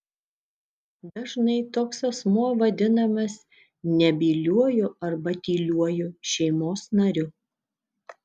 dažnai toks asmuo vadinamas nebyliuoju arba tyliuoju šeimos nariu